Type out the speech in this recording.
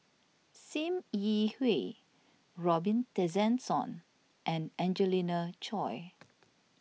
Sim Yi Hui Robin Tessensohn and Angelina Choy